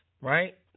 right